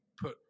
put